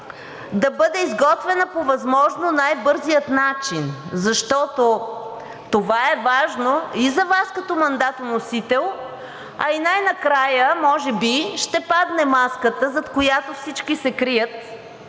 да бъде изготвена по възможно най-бързия начин, защото това е важно и за Вас като мандатоносител, а и най накрая може би ще падне маската, зад която всички се крият,